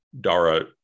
Dara